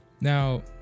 Now